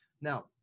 Now